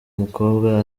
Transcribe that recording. mukobwa